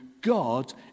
God